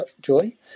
joy